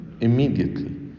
immediately